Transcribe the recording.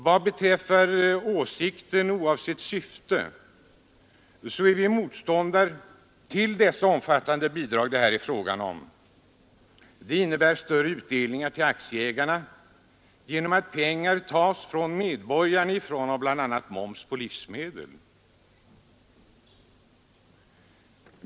Vad beträffar vår åsikt oavsett syftet är vi motståndare till att så omfattande bidrag som det här är fråga om ges. De innebär större utdelning till aktieägarna genom att pengar tas från medborgarna, bl.a. i form av moms på livsmedel.